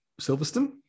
Silverstone